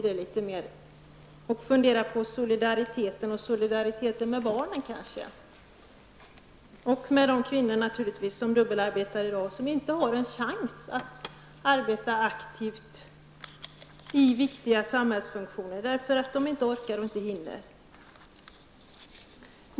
Det gäller likväl solidaritet, solidaritet med barn och med kvinnor som i dag dubbelarbetar och som inte har en chans att arbeta aktivt i viktiga samhällsfunktioner då de inte orkar eller hinner.